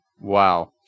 Wow